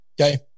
Okay